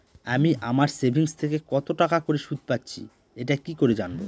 আমি আমার সেভিংস থেকে কতটাকা করে সুদ পাচ্ছি এটা কি করে জানব?